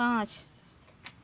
पाँच